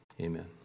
Amen